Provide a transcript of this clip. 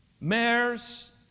mayors